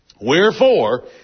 Wherefore